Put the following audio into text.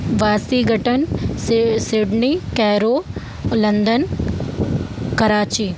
Washington सि Sydney Cairo London Karachi